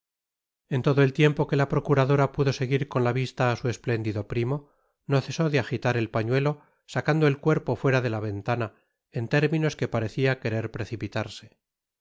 en todo el tiempo que la procuradora pudo seguir con la vista á su espléndido primo no cesó de agitar el pañuelo sacando el cuerpo fuera de la ventana en términos que parecia querer precipitarse